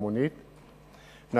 של חבר הכנסת יריב לוין,